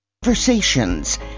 Conversations